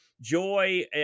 Joy